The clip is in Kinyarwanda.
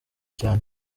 cyane